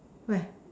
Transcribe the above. where